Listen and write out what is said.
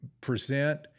present